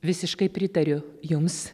visiškai pritariu jums